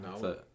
No